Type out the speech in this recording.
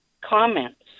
comments